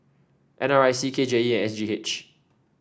N R I C K J E and S G H